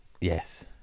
Yes